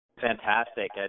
Fantastic